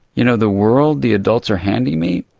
you know, the world the adults are handing me,